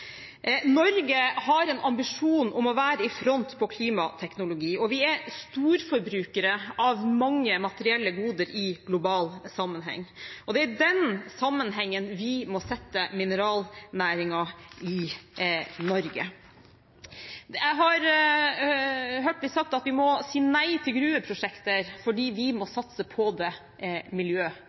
Norge har en ambisjon om å være i front på klimateknologi, og vi er storforbrukere av mange materielle goder i global sammenheng. Det er i den sammenhengen vi må sette mineralnæringen i Norge. Jeg har hørt det bli sagt at vi må si nei til gruveprosjekter fordi vi må satse på det